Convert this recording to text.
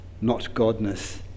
not-godness